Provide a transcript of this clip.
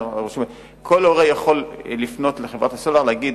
כל הורה יכול לפנות לחברת הסלולר ולומר,